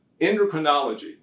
endocrinology